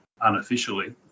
unofficially